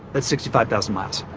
that's sixty five thousand miles,